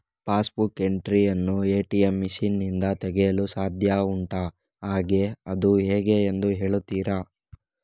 Pass book entry ಯನ್ನು ATM machine ನಿಂದ ತೆಗೆಯಲು ಸಾಧ್ಯ ಉಂಟಾ ಹಾಗೆ ಅದು ಹೇಗೆ ಎಂದು ಹೇಳುತ್ತೀರಾ?